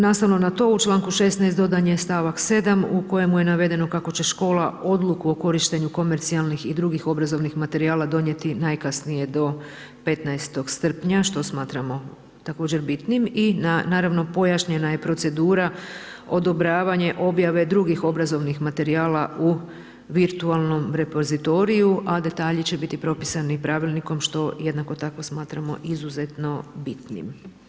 Nastavno na to, u članku 16. dodan je stavak 7. u kojemu je navedeno kako će škola odluku o korištenju komercijalnih i drugih obrazovnih materijala donijeti najkasnije do 15. srpnja što smatramo također bitnim i naravno pojašnjena je procedura odobravanje objave drugih obrazovnih materijala u virtualnom repozitoriju a detalji će biti propisani pravilnikom što jednako tako smatramo izuzetno bitnim.